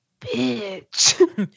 bitch